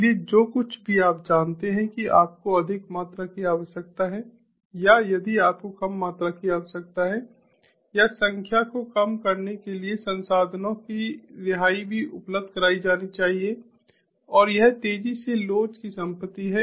इसलिए जो कुछ भी आप जानते हैं कि आपको अधिक मात्रा की आवश्यकता है या यदि आपको कम मात्रा की आवश्यकता है या संख्या को कम करने के लिए संसाधनों की रिहाई भी उपलब्ध कराई जानी चाहिए और यह तेजी से लोच की संपत्ति है